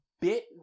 bit